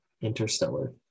interstellar